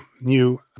new